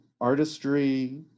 artistry